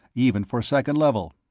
even for second level.